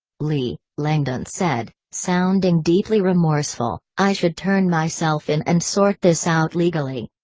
leigh, langdon said, sounding deeply remorseful, i should turn myself in and sort this out legally.